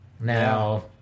Now